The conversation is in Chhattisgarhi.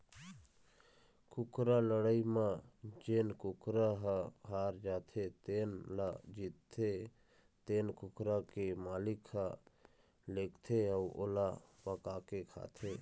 कुकरा लड़ई म जेन कुकरा ह हार जाथे तेन ल जीतथे तेन कुकरा के मालिक ह लेगथे अउ ओला पकाके खाथे